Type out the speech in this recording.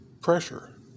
pressure